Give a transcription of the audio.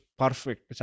perfect